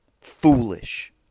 Foolish